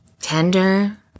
tender